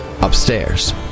upstairs